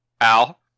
Al